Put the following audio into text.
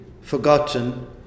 forgotten